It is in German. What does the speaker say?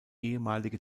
ehemalige